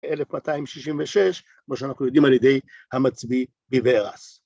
אלף מאתיים שישים ושש כמו שאנחנו יודעים על ידי המצביא ביברס